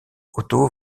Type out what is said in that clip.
otto